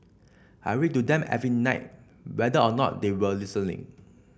I read to them every night whether or not they were listening